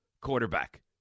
quarterback